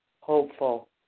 hopeful